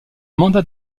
mandat